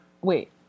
Wait